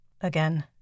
Again